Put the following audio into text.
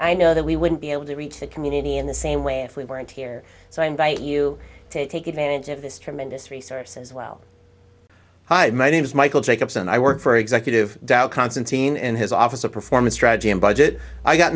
i know that we wouldn't be able to reach the community in the same way if we weren't here so i invite you to take advantage of this tremendous resource as well hi my name is michael jacobson i work for executive doubt constantine and his office of performance strategy and budget i got